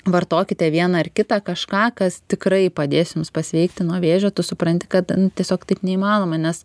vartokite vieną ar kitą kažką kas tikrai padės jums pasveikti nuo vėžio tu supranti kad ten tiesiog taip neįmanoma nes